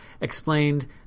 explained